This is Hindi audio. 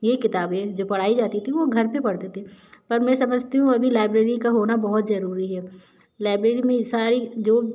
ये किताबें जो पढ़ाई जाती थी वो घर पर पढ़ते थे पर मैं समझती हूँ अभी लाइब्रेरी का होना बहुत ज़रूरी है लाइब्रेरी में सारी जो